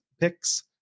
picks